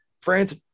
France